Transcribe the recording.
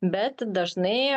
bet dažnai